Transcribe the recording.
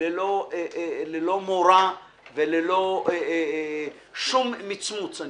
ללא מורא וללא שום מצמוץ.